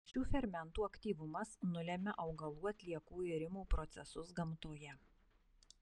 šių fermentų aktyvumas nulemia augalų atliekų irimo procesus gamtoje